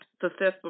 Successful